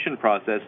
process